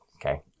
okay